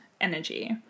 energy